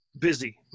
busy